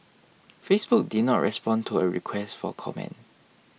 Facebook did not respond to a request for comment